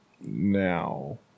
now